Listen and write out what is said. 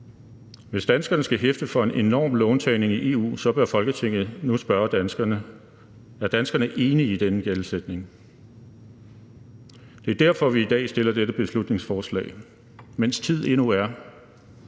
Hvis danskerne skal hæfte for en enorm låntagning i EU, bør Folketinget nu spørge danskerne, om danskerne er enige i denne gældsætning. Det er derfor, vi i dag behandler dette beslutningsforslag, mens tid endnu er.